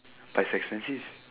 but it's expensive